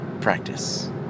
practice